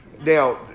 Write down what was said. Now